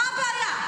מה הבעיה?